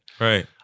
Right